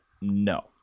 no